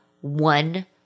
one